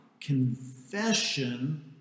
confession